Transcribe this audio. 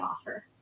offer